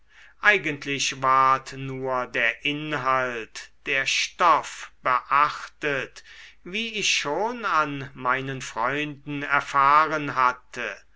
eigentlich ward nur der inhalt der stoff beachtet wie ich schon an meinen freunden erfahren hatte